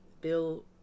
Bill